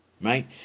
Right